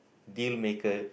deal maker